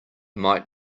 might